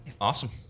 Awesome